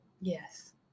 yes